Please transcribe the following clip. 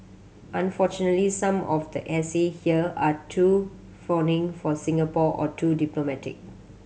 unfortunately some of the essay here are too fawning for Singapore or too diplomatic